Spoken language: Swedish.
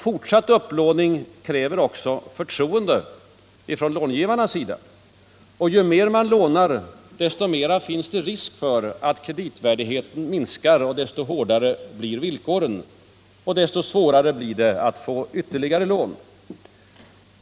Fortsatt upplåning kräver också förtroende från långivarnas sida. Ju mer man lånar, desto större blir risken för att kreditvärdigheten minskar, desto hårdare blir villkoren och desto svårare blir det att få ytterligare lån.